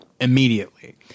immediately